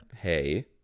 Hey